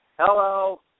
Hello